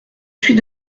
suis